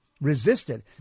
Resisted